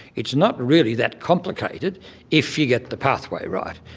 it's not really that complicated if you get the pathway right.